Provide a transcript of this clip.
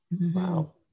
wow